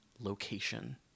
location